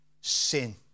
sin